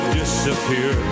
disappear